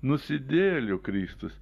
nusidėjėlių kristus